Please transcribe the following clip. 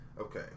Okay